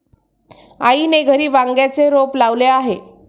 आईने घरी वांग्याचे रोप लावले आहे